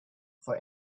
for